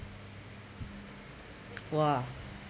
!wah!